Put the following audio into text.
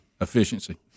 Efficiency